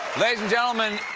ladies and gentlemen,